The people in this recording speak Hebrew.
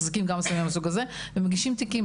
מחזיקים גם סמים מהסוג הזה ומגישים תיקים.